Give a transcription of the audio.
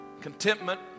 contentment